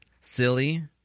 silly